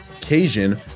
Cajun